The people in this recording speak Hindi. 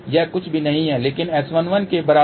यह कुछ भी नहीं है लेकिन S11 के बराबर है